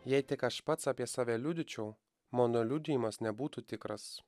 jei tik aš pats apie save liudyčiau mano liudijimas nebūtų tikras